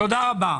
תודה רבה.